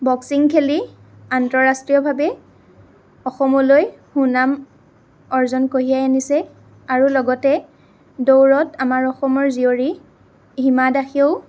boxing খেলি আন্তঃৰাষ্ট্ৰীয়ভাৱে অসমলৈ সুনাম অৰ্জন কঢ়িয়াই আনিছে আৰু লগতে দৌৰত আমাৰ অসমৰ জীয়ৰী হিমা দাসেও